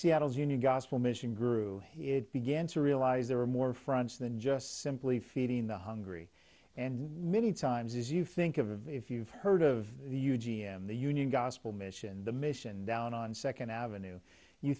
seattle's union gospel mission grew it began to realize there were more fronts than just simply feeding the hungry and many times as you think of if you've heard of the huge g m the union gospel mission the mission down on second avenue you